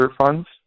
funds